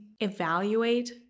evaluate